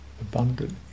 Abundant